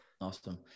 Awesome